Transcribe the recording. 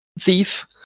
thief